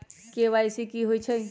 KYC कि होई छई?